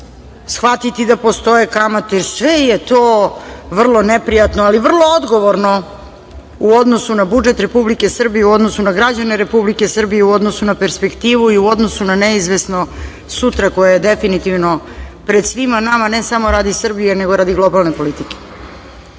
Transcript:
shvatiti da postoje kamate, jer sve je to vrlo neprijatno, ali vrlo odgovorno u odnosu na budžet Republike Srbije, u odnosu na građane Republike Srbije, u odnosu na perspektivu i u odnosu na neizvesno sutra koje je definitivno pred svima nama ne samo radi Srbije, nego radi globalne politike. Koliko